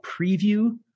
preview